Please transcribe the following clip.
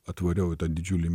atvariau į tą didžiulį